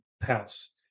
house